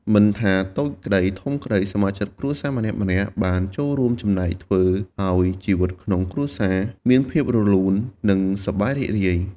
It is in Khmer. មិនថាតូចក្តីធំក្តី សមាជិកគ្រួសារម្នាក់ៗបានចូលរួមចំណែកធ្វើឲ្យជីវិតក្នុងគ្រួសារមានភាពរលូន និងសប្បាយរីករាយ។